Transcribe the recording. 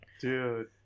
dude